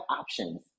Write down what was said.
options